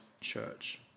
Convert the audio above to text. church